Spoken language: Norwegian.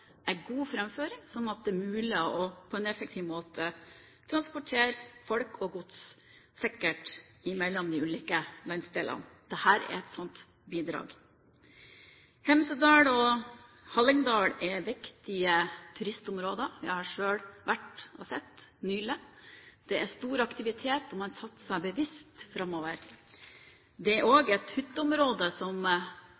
god framføring, slik at det er mulig på en effektiv måte å transportere folk og gods sikkert mellom de ulike landsdelene. Dette er et slikt bidrag. Hemsedal og Hallingdal er viktige turistområder. Jeg har selv vært og sett dette nylig. Det er stor aktivitet, og man satser bevisst framover. Det er også et stort hytteområde, og